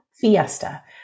Fiesta